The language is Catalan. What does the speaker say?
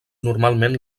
normalment